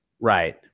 right